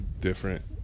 different